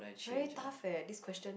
very tough eh this question